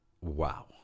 wow